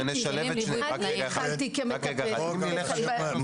התחלתי כמטפלת.